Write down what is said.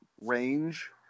range